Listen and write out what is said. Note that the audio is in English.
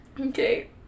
Okay